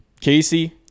Casey